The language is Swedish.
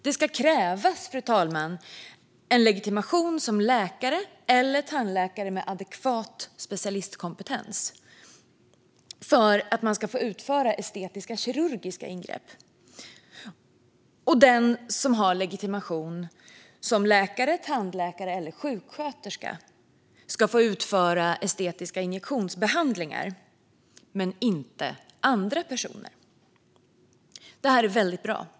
Det ska krävas legitimation som läkare eller tandläkare med adekvat specialistkompetens för att få utföra estetiska kirurgiska ingrepp, och bara den som har legitimation som läkare, tandläkare eller sjuksköterska ska få utföra estetiska injektionsbehandlingar. Detta är bra.